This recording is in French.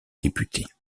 députée